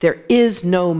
there is no